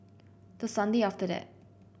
the Sunday after that